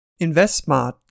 InvestSmart